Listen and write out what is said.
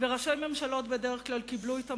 וראשי ממשלות בדרך כלל קיבלו את המידע,